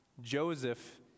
Joseph